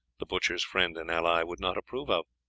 the butchers' friend and ally, would not approve of.